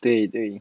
对对